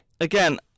Again